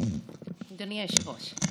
אדוני היושב-ראש,